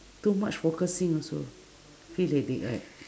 too much focusing also feel headache right